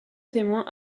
témoins